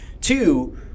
Two